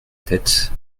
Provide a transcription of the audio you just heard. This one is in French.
tête